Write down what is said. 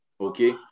okay